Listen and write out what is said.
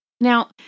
Now